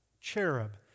cherub